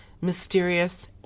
mysterious